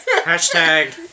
hashtag